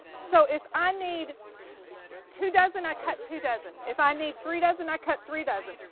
so if i need two, dozen i cut two dozen. if i need three dozen, i cut three dozen.